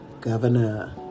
Governor